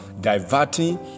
diverting